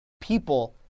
people